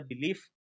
belief